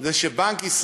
זה שבנק ישראל,